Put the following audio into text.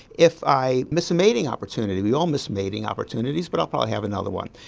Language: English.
if i miss a meeting opportunity, we all miss mating opportunities but i'll probably have another one.